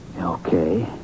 Okay